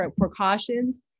precautions